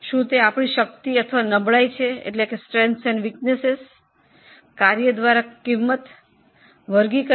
શું આ આપણી શક્તિ અથવા કમજોરી છે